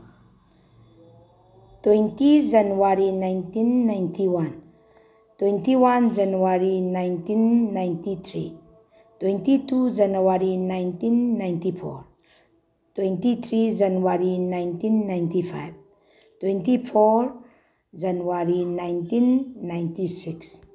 twenty January nineteen ninety one twenty one January nineteen ninety three twenty two January nineteen ninety four twenty three January nineteen ninety five twenty four January nineteen ninety six